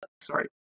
sorry